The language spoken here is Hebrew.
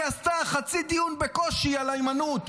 עשתה חצי דיון בקושי על היימנוט,